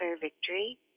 Victory